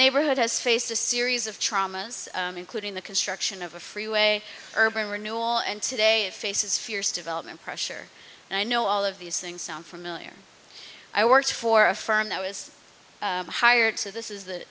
neighborhood has faced a series of traumas including the construction of a freeway urban renewal and today it faces fierce development pressure and i know all of these things sound familiar i work for a firm that was hired so this is the